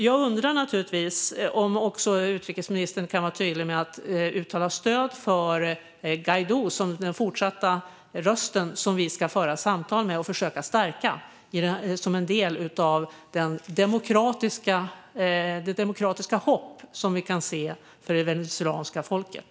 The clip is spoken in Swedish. Jag undrar naturligtvis om utrikesministern kan vara tydlig med att uttala stöd för Guaidó som den röst som vi ska föra samtal med och försöka stärka som en del av det demokratiska hopp som vi kan se för det venezuelanska folket.